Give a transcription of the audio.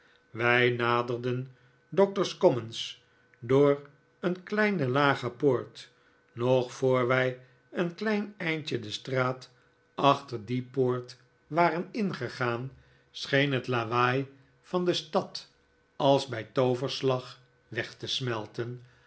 wij naderden doctor's commons door een kleine lage poort nog voor wij een klein eindje de straat achter die poort waren ingegaan scheen het lawaai van de stad als bij tooverslag weg te smelten